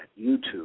YouTube